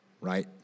right